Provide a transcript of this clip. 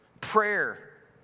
Prayer